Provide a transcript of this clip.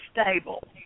stable